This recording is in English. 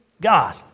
God